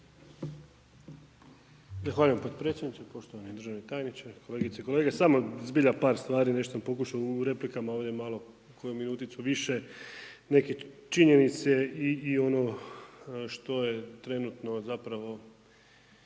Zahvaljujem potpredsjedniče, poštovani državni tajniče, kolegice i kolege, samo zbilja par stvar, nešto sam pokušao u replikama ovdje malo, koju minuticu više, neke činjenice i ono što je trenutno zapravo,